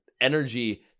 energy